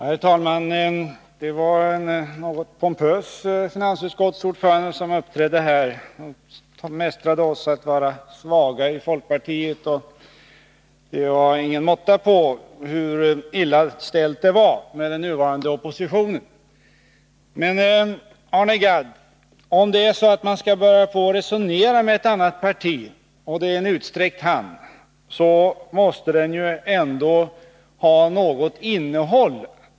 Herr talman! Det var en något pompös finansutskottsordförande som uppträdde här. Han mästrade oss i folkpartiet och sade att vi var svaga. Det var ingen måtta på hur illa ställt det var med den nuvarande oppositionen. Men, Arne Gadd, om det är så att man skall börja på att resonera med ett annat parti och det är en utsträckt hand, så måste den ju ändå ha något innehåll.